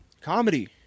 Comedy